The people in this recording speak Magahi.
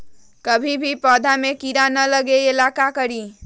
कभी भी पौधा में कीरा न लगे ये ला का करी?